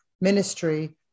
ministry